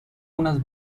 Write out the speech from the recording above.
unas